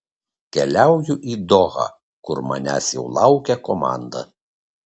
keliauju į dohą kur manęs jau laukia komanda